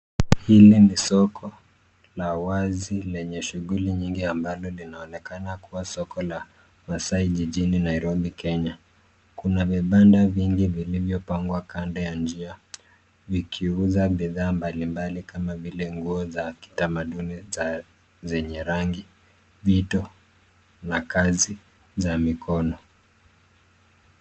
Hili ni soko la wazi lenye shughuli nyingi ambalo linaonekana kua soko la masai jijini Nairobi, Kenya. Kuna vibanda vingi vilivypangwa kando ya njia, vikiuza bidhaa mbali mbali kama vile, nguo za kitamaduni zenye rangi, vito, na kazi za mikono.